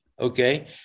okay